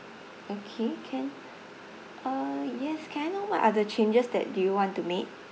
okay can uh yes can I know what are the changes that do you want to make